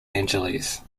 angeles